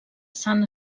sant